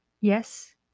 yes